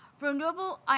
Renewable